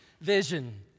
Vision